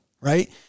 right